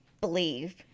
believe